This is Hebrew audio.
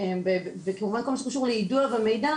וכמובן בכל מה שקשור ליידוע ומידע,